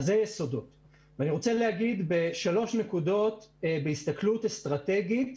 אני רוצה להגיד בשלוש נקודות, בהסתכלות אסטרטגית,